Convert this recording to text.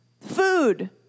food